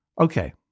Okay